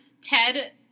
Ted